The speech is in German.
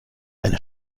eine